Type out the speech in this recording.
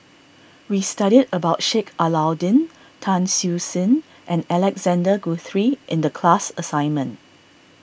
we studied about Sheik Alau'ddin Tan Siew Sin and Alexander Guthrie in the class assignment